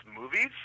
movies